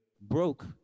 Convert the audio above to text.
broke